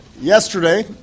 Yesterday